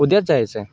उद्याच जायचं आहे